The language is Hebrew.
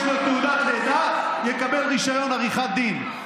לו תעודת לידה יקבל רישיון עריכת דין.